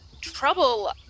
trouble